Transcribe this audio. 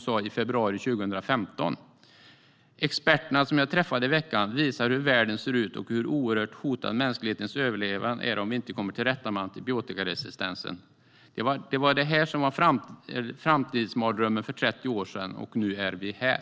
I februari 2015 sa hon: "Experterna som jag träffade i veckan visar hur världen ser ut och hur oerhört hotad mänsklighetens överlevnad är om vi inte kommer till rätta med antibiotikaresistensen. Det var det här som var framtidsmardrömmen för 30 år sedan, och nu är vi där!"